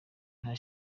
nta